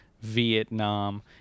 Vietnam